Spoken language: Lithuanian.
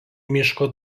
miško